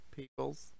Peoples